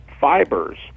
fibers